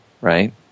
right